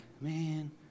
man